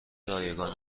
رایگان